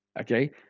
Okay